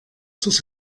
sus